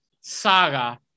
saga